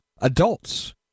adults